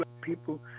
people